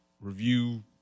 review